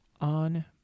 on